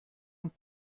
und